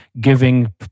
giving